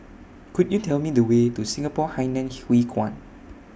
Could YOU Tell Me The Way to Singapore Hainan Hwee Kuan